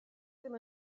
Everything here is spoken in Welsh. ddim